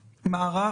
מערך.